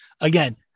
again